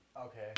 Okay